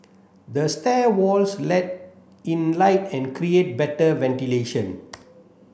the stair walls let in light and create better ventilation